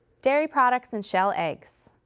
dairy products and shell eggs,